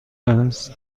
است